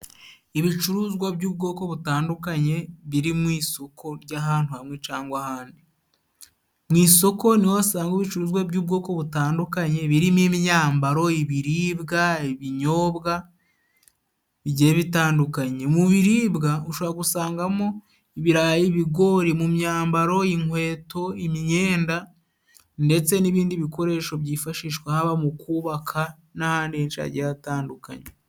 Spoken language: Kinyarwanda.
Ibicuruzwa by'ubwoko butandukanye biri mu isoko ry'ahantu hamwe cangwa ahandi. Mu isoko niho wasanga ibicuruzwa by'ubwoko butandukanye birimo imyambaro, ibiribwa, ibinyobwa bigiye bitandukanye. Mu biribwa ushobora gusangamo ibirayi, ibigori, mu myambaro, inkweto, imyenda ndetse n'ibindi bikoresho byifashishwa haba mu kubaka n'ahandi henshi hagiye hatandukanye.